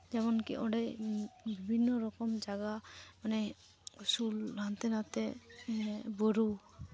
ᱮᱢᱚᱱ ᱠᱤ ᱚᱸᱰᱮ ᱵᱤᱵᱷᱤᱱᱱᱚ ᱨᱚᱠᱚᱢ ᱡᱟᱭᱜᱟ ᱢᱟᱱᱮ ᱩᱥᱩᱞ ᱦᱟᱱᱛᱮ ᱱᱷᱟᱛᱮ ᱵᱩᱨᱩ